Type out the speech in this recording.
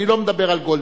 אני לא מדבר על גולדברג.